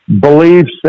beliefs